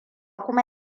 kuma